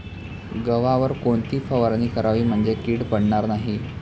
गव्हावर कोणती फवारणी करावी म्हणजे कीड पडणार नाही?